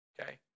okay